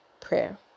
Prayer